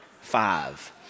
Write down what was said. five